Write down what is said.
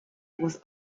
was